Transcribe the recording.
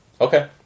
Okay